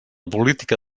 política